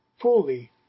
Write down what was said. fully